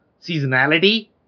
seasonality